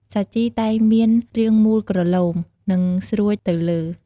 សាជីតែងមានរាងមូលក្រឡូម និងស្រួចទៅលើ។